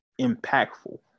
impactful